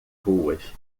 ruas